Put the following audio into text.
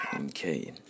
Okay